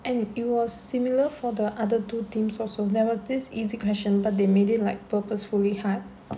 and it was similar for the other two themes also there was this easy question but they made it like purposefully hard